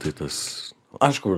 tai tas aišku